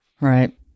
Right